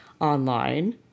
online